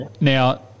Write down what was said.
Now